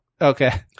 Okay